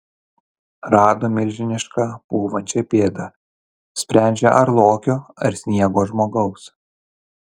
rado milžinišką pūvančią pėdą sprendžia ar lokio ar sniego žmogaus